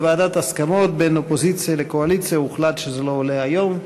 ובוועדת ההסכמות בין האופוזיציה לקואליציה הוחלט שזה לא עולה היום,